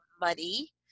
money